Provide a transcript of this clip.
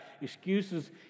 Excuses